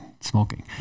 smoking